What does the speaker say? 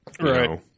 Right